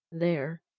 there,